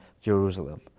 Jerusalem